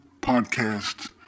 podcasts